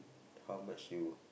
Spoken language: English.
how much you